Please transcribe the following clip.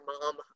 mom